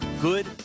good